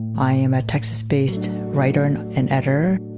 i am a texas-based writer and and editor.